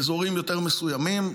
באזורים יותר מסוימים.